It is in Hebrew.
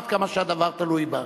עד כמה שהדבר תלוי בה.